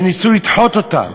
וניסו לדחות אותם.